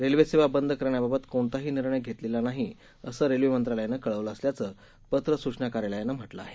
railway सेवा बंद करण्याबाबत कोणताही निर्णय घेतलेला नाही असं रेल्वे मंत्रालयानं कळवलं असल्याचं पत्र सुचना कार्यानयानं म्हटलं आहे